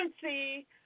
currency